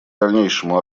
дальнейшему